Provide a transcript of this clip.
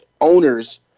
owners